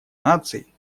наций